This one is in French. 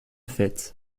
fait